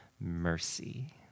mercy